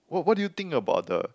what what do you think about the